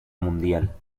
mundial